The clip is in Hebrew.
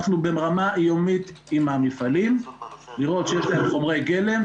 אנחנו ברמה היומית עם המפעלים לראות שיש להם חומרי גלם,